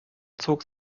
zog